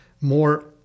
more